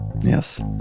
Yes